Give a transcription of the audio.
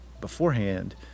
beforehand